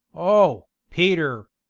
oh, peter!